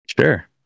Sure